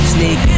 Sneak